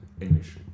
English